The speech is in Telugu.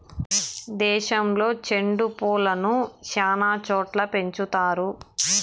దేశంలో సెండు పూలను శ్యానా చోట్ల పెంచుతారు